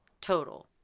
Total